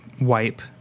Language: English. wipe